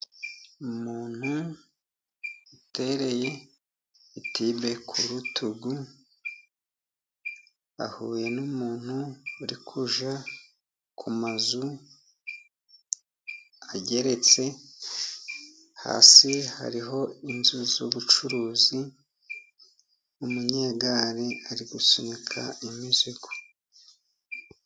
Umuntu utereye itibe ku rutugu, ahuye n'umuntu uri kujya ku mazu ageretse, hasi hariho inzu, z'ubucuruzi, umunyegari ari gusunika imizigo.